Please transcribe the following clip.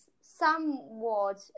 somewhat